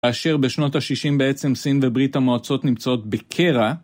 כאשר בשנות ה-60, בעצם, סין וברית המועצות נמצאות בקרע.